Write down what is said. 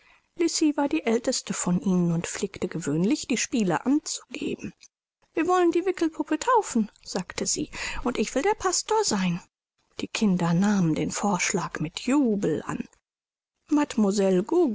war die älteste von ihnen und pflegte gewöhnlich die spiele anzugeben wir wollen die wickelpuppe taufen sagte sie und ich will der pastor sein die kinder nahmen den vorschlag mit jubel an